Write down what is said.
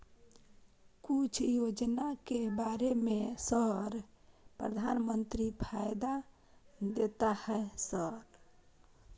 कुछ योजना के बारे में सर प्रधानमंत्री फायदा देता है सर?